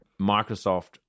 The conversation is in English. Microsoft